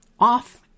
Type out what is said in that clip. Off